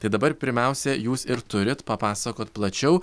tai dabar pirmiausia jūs ir turit papasakot plačiau